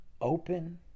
open